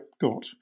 got